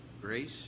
grace